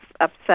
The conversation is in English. upset